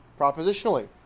propositionally